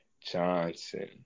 Johnson